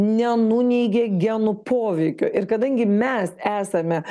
nenuneigė genų poveikio ir kadangi mes esame